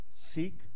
seek